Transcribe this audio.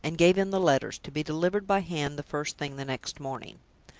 and gave him the letters, to be delivered by hand the first thing the next morning.